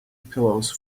pillows